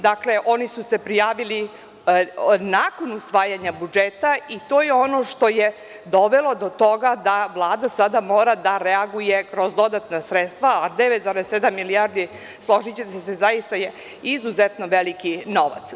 Dakle, oni su se prijavili nakon usvajanja budžeta i to je ono što je dovelo do toga da Vlada sada mora da reaguje kroz dodatna sredstva, a 9,7 milijardi, složićete se, zaista je izuzetno veliki novac.